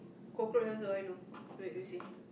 cockroach also I know wait you see